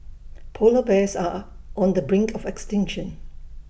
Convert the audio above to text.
Polar Bears are on the brink of extinction